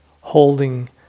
holding